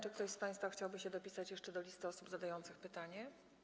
Czy ktoś z państwa chciałby się dopisać jeszcze do listy osób zadających pytania?